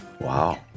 wow